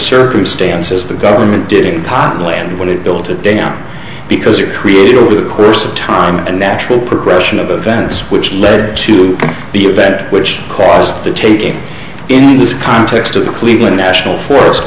circumstances the government did in pop way and when it built it down because the creator of the course of time and natural progression of events which led to the event which caused the tape in this context of the cleveland national forest